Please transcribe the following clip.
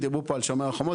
דיברו פה על שומר חומות,